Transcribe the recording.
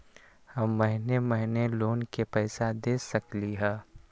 हम महिने महिने लोन के पैसा दे सकली ह?